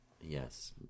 Yes